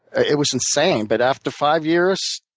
ah it was insane. but after five years,